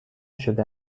شده